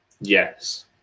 yes